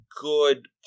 good